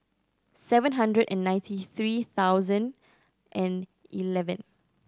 seven hundred and ninety three thousand and eleven